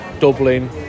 Dublin